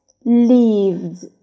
leaves